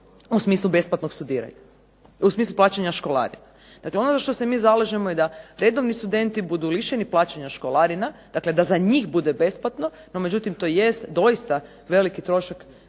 u smislu besplatnog studiranja, u smislu plaćanja školarina. Dakle ono za što se mi zalažemo je da redovni studenti budu lišeni plaćanja školarina, dakle da za njih bude besplatno. No međutim, to jest doista veliki trošak